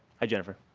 hi jennifer.